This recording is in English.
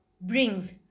brings